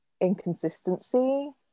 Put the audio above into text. inconsistency